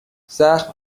زخم